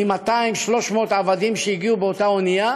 מ-200 300 עבדים שהגיעו באותה אונייה